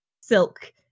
Silk